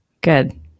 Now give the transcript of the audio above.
Good